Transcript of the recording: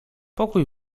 pokój